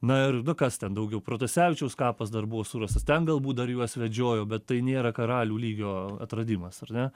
na ir nu kas ten daugiau protasevičiaus kapas dar buvo surastas ten galbūt dar juos vedžiojo bet tai nėra karalių lygio atradimas ar ne